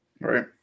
Right